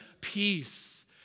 Peace